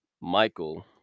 Michael